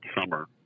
summer